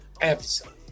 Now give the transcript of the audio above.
episode